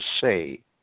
say